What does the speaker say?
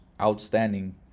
outstanding